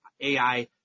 AI